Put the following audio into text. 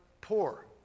poor